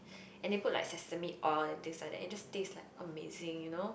and they put like sesame oil this like that it just taste like amazing you know